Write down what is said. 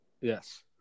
Yes